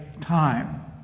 time